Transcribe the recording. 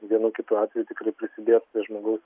vienu kitu atveju tikrai prisidės prie žmogaus